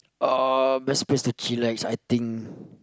uh best place to chillax I think